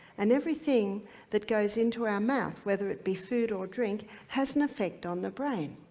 and everything that goes into our mouth whether it be food or drink has an affect on the brain.